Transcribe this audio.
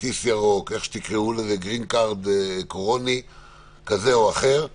כרטיס ירוק קורוני כזה או אחר,